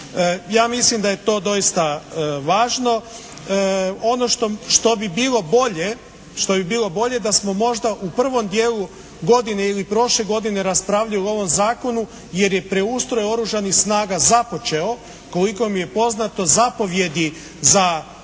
Ja mislim da je to doista važno. Ono što bi bilo bolje, što bi bilo bolje da smo možda u prvom dijelu godine ili prošle godine raspravili o ovom zakonu jer je preustroj Oružanih snaga započeo koliko mi je poznato zapovijedi i